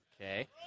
Okay